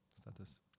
status